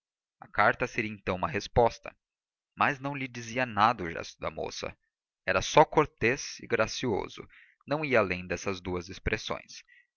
a carta seria então uma resposta mas não lhe dizia nada o gesto da moça era só cortês e gracioso não ia além dessas duas expressões